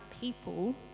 people